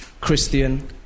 Christian